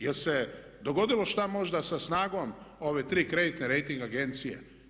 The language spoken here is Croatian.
Jel' se dogodilo što možda sa snagom ove tri kreditne rejting agencije?